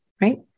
right